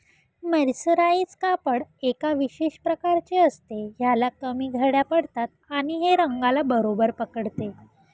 mercerise कापड एका विशेष प्रकारचे असते, ह्याला कमी घड्या पडतात आणि हे रंगाला बरोबर पकडते